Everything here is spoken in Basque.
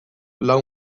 lau